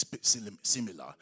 similar